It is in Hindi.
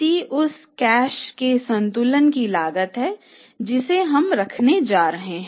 C उस कैश के संतुलन की लागत है जिसे हम रखने जा रहे हैं